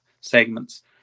segments